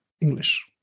English